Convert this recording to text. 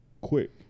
quick